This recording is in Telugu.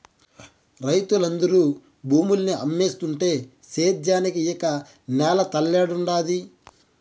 రైతులందరూ భూముల్ని అమ్మేస్తుంటే సేద్యానికి ఇక నేల తల్లేడుండాది